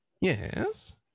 Yes